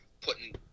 putting